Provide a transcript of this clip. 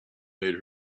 made